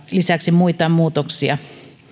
lisäksi tehdään muita muutoksia